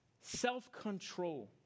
self-control